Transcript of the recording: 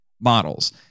models